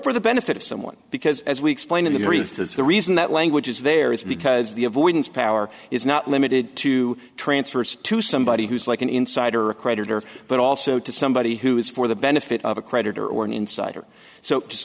for the benefit of someone because as we explained in the brief this is the reason that language is there is because the avoidance power is not limited to transfers to somebody who's like an insider a creditor but also to somebody who is for the benefit of a creditor or an insider so just